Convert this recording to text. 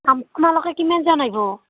আপোনালোকে কিমানজন আহিব